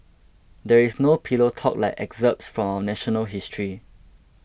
there is no pillow talk like excerpts from our national history